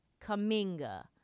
Kaminga